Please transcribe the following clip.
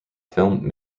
film